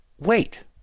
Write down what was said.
wait